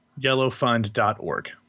yellowfund.org